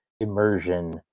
immersion